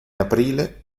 aprile